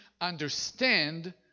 understand